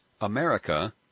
America